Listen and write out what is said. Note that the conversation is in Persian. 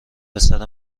پسر